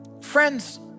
friends